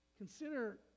Consider